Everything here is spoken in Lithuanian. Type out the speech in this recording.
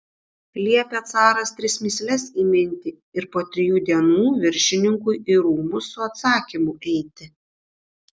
liepė caras tris mįsles įminti ir po trijų dienų viršininkui į rūmus su atsakymu eiti